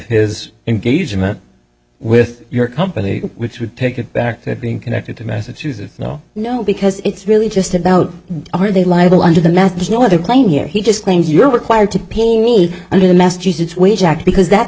his engagement with your company which would take it back to being connected to massachusetts no no because it's really just about are they live under the methods no other claim here he just claims you were acquired to pay me under the massachusetts wage act because that's